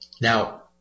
Now